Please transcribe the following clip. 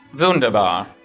Wunderbar